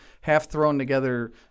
half-thrown-together